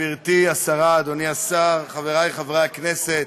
גברתי השרה, אדוני השר, חברי חברי הכנסת,